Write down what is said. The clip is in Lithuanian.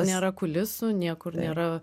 nėra kulisų niekur nėra